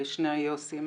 שני ה-יוסי.